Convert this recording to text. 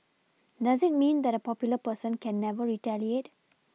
does it mean that a popular person can never retaliate